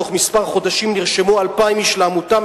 בתוך כמה חודשים נרשמו 2,000 איש לעמותה,